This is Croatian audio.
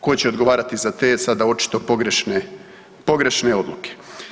Ko će odgovarati za te sada očito pogrešne odluke?